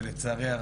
לצערי,